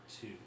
two